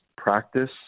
practice